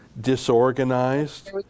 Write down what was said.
disorganized